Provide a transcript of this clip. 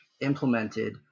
implemented